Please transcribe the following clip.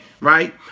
right